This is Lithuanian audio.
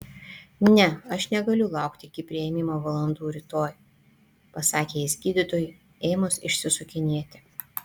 ne aš negaliu laukti iki priėmimo valandų rytoj pasakė jis gydytojui ėmus išsisukinėti